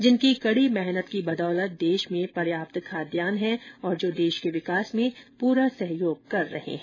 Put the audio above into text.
जिनकी कड़ी मेहनत की बदौलत देश में पर्याप्यत खाद्यान्न है और जो देश के विकास में पूरा सहयोग कर रहे हैं